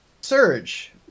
Surge